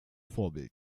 vorbild